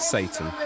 Satan